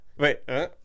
Wait